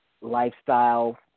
lifestyle